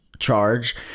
charge